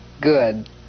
good